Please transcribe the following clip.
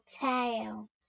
tail